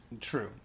True